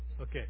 okay